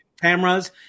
cameras